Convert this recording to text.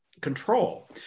control